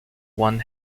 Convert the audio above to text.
one